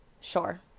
Sure